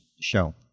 show